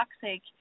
toxic